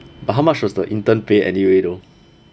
but how much was the intern pay anyway though